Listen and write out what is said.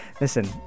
Listen